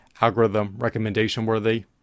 algorithm-recommendation-worthy